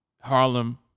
Harlem